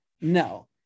no